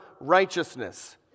righteousness